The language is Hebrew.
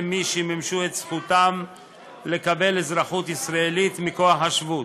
מי שמימשו את זכותם לקבל אזרחות ישראלית מכוח השבות